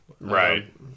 Right